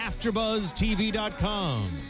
AfterBuzzTV.com